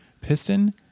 Piston